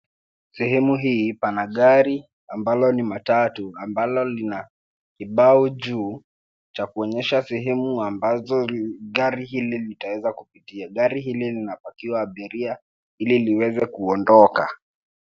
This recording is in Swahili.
Sehemu hili pana gari ambalo ni matatu ambalo lina kibao juu cha kuonyesha sehemu ambazo gari hili litaweza kupitia. Gari hili linapakiwa abiria ili liweze kuondoka.